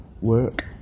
work